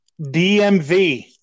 DMV